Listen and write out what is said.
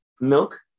milk